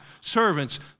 servants